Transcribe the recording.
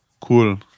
cool